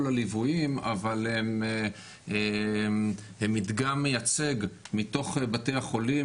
הליוויים אבל הם מדגם מייצג מתוך בתי החולים,